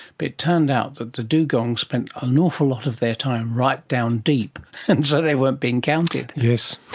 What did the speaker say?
but it turned out that the dugong spent an awful lot of their time right down deep and so they weren't being counted. yes,